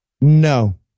no